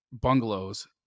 bungalows